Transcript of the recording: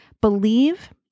believe